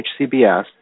HCBS